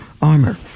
armor